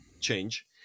change